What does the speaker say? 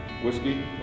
Whiskey